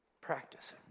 Practice